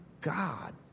God